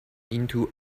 into